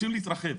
רוצים להתרחב,